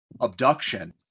abduction